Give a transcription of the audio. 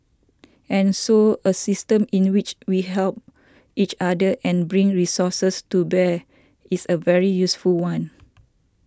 and so a system in which we help each other and bring resources to bear is a very useful one